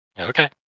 Okay